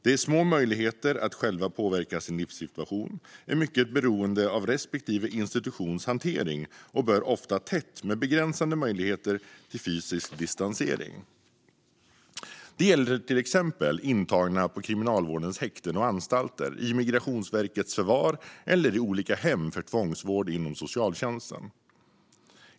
De har små möjligheter att själva påverka sin livssituation, är mycket beroende av respektive institutions hantering och bor ofta tätt med begränsade möjligheter till fysisk distansering. Det gäller till exempel intagna på Kriminalvårdens häkten och anstalter, i Migrationsverkets förvar eller i olika hem för tvångsvård inom socialtjänsten.